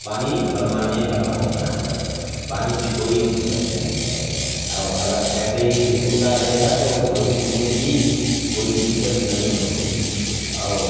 पानी पर्मानेंट हमारे यहाँ है पानी से कोई दिक्कत नहीं है आउ अगर ऐसे ही अगर होता रहेगा तो भविष्य में भी कोई दिक्कत नहीं होगी और